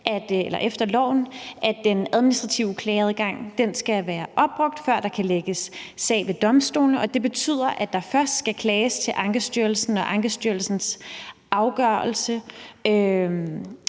at den administrative klageadgang skal være opbrugt, før der kan anlægges en sag ved domstolene, og det betyder, at der først skal klages til Ankestyrelsen, før sagen